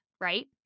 right